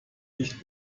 nicht